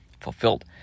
fulfilled